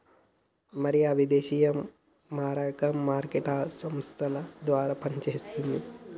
మరి ఆ విదేశీ మారక మార్కెట్ ఆర్థిక సంస్థల ద్వారా పనిచేస్తుంది